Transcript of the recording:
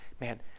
man